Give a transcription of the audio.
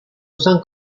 usan